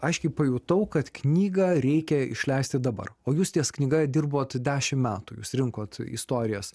aiškiai pajutau kad knygą reikia išleisti dabar o jūs ties knyga dirbot dešimt metų jūs rinkot istorijas